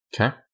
Okay